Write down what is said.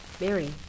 Mary